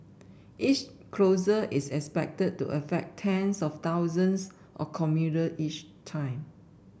each closure is expected to affect tens of thousands of commuter each time